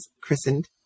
christened